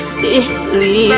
deeply